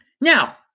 Now